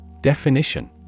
Definition